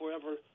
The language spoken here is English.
forever